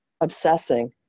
obsessing